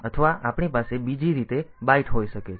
અથવા આપણી પાસે બીજી રીતે બાઈટ હોઈ શકે છે